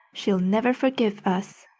she'll never forgive us.